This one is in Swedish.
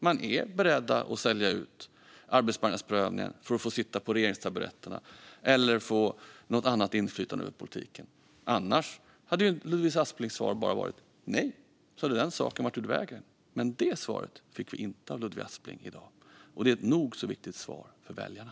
De är beredda att sälja ut arbetsmarknadsprövningen för att få sitta på regeringens taburetter eller få annat inflytande över politiken. Annars hade Ludvig Asplings svar varit nej, och så hade den saken varit ur vägen. Men det svaret fick vi inte av Ludvig Aspling i dag, och det är ett nog så viktigt svar för väljarna.